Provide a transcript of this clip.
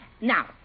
Now